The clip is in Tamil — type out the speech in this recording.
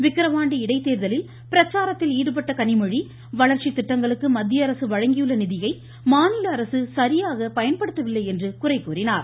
விக்ரவாண்டி இடைத்தேர்தலில் பிரச்சாரத்தில் ஈடுபட்ட கனிமொழி வளர்ச்சித் திட்டங்களுக்கு மத்திய அரசு வழங்கியுள்ள நிதியை மாநில அரசு சரியாக பயன்படுத்தவில்லை என்று குறை கூறினார்